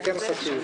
זה חשוב.